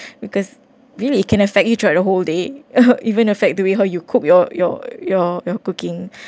because really it can affect you like the whole day or even affect the way how you cook your your your your cooking